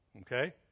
okay